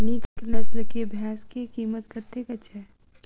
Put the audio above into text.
नीक नस्ल केँ भैंस केँ कीमत कतेक छै?